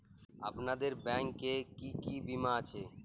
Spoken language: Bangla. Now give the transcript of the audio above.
আপনাদের ব্যাংক এ কি কি বীমা আছে?